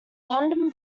london